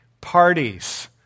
parties